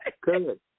good